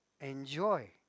enjoy